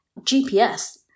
GPS